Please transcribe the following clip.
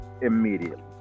immediately